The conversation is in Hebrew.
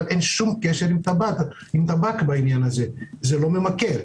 אם אין שום קשר לטבק - זה לא ממכר.